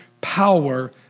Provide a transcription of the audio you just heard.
power